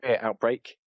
outbreak